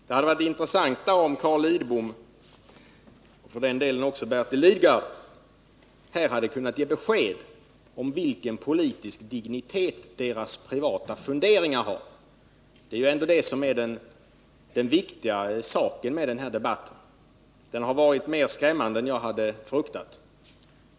Det hade varit intressantare om Carl Lidbom och för den delen också Bertil Lidgard här hade kunnat ge besked om vilken politisk dignitet deras privata funderingar har. Det är ju ändå det som är det viktiga med den här debatten. Den har varit mera skrämmande än jag hade fruktat.